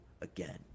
again